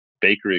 bakery